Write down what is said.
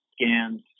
scans